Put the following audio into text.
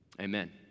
Amen